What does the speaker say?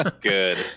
good